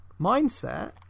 mindset